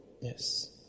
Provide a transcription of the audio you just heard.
yes